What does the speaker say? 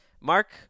Mark